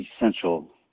essential